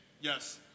yes